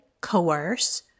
coerce